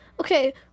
okay